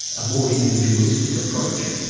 a more individualistic approach?